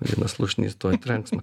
linas slušnys tuoj trenks man